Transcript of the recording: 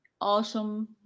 awesome